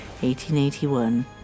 1881